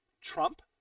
Trump